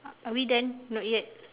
are we done not yet